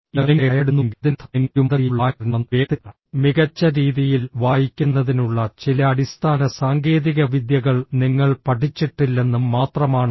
ഇത് നിങ്ങളെ ഭയപ്പെടുത്തുന്നുവെങ്കിൽ അതിനർത്ഥം നിങ്ങൾ ഒരു മന്ദഗതിയിലുള്ള വായനക്കാരനാണെന്നും വേഗത്തിലും മികച്ച രീതിയിൽ വായിക്കുന്നതിനുള്ള ചില അടിസ്ഥാന സാങ്കേതികവിദ്യകൾ നിങ്ങൾ പഠിച്ചിട്ടില്ലെന്നും മാത്രമാണ്